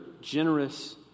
generous